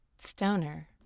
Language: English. Stoner